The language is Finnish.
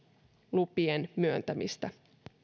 lupien myöntämistä